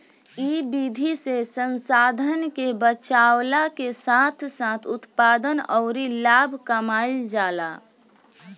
इ विधि से संसाधन के बचावला के साथ साथ उत्पादन अउरी लाभ कमाईल जाला